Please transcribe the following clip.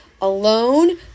alone